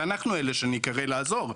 ואנחנו אלה שניקרא לעזור.